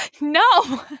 No